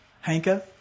Hanka